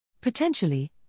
Potentially